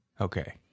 Okay